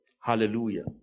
Hallelujah